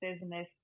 business